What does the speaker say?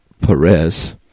Perez